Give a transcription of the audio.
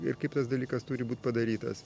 ir kaip tas dalykas turi būt padarytas